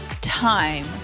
time